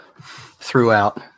throughout